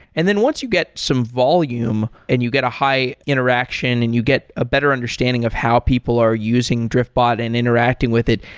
and then once you get some volume and you get a high interaction and you get a better understanding of how people are using drift bot and interacting with it,